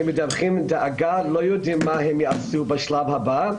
הם מדווחים דאגה, לא יודעים מה הם יעשו בשלב הבא.